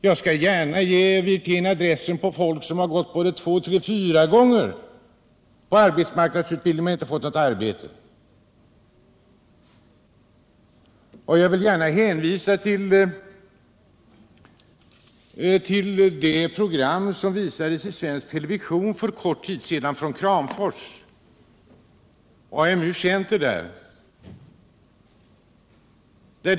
Jag skall gärna ge Rolf Wirtén adresser till personer som gått både tre och fyra gånger på arbetsmarknadsutbildning men inte fått något arbete. Jag vill i detta sammanhang gärna hänvisa till det program från AMU centret i Kramfors som visades i TV för kort tid sedan.